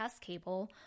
Cable